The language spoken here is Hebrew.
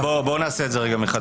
בוא נעשה את זה מחדש,